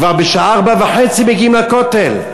כבר בשעה 04:30 מגיעים לכותל.